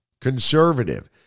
conservative